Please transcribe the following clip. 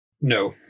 No